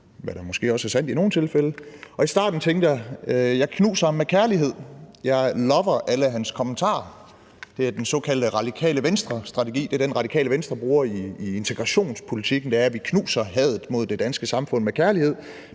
hvad der måske også er sandt i nogle tilfælde. I starten tænkte jeg, at jeg knuser ham med kærlighed. Jeg lover alle hans kommentarer. Det er den såkaldt Radikale Venstre-strategi. Det er den, Radikale Venstre bruger i integrationspolitikken: Vi knuser hadet mod det danske samfund med kærlighed.